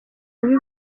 bubi